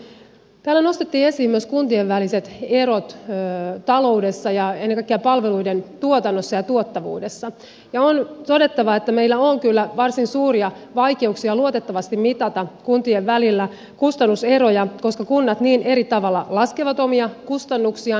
täällä nostettiin esiin myös kuntien väliset erot taloudessa ja ennen kaikkea palveluiden tuotannossa ja tuottavuudessa ja on todettava että meillä on kyllä varsin suuria vaikeuksia luotettavasti mitata kuntien välillä kustannuseroja koska kunnat niin eri tavalla laskevat omia kustannuksiaan